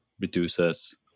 reduces